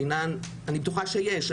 אני בטוחה שיש,